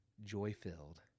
joy-filled